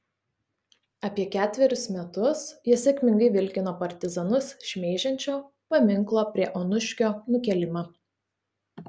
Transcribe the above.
apie ketverius metus jie sėkmingai vilkino partizanus šmeižiančio paminklo prie onuškio nukėlimą